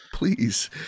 please